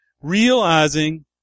realizing